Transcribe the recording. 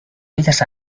bellas